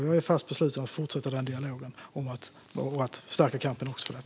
Jag är fast besluten att fortsätta dialogen och stärka kampen för detta.